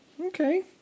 Okay